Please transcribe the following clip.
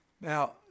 Now